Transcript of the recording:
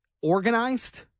organized